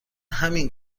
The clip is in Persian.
همین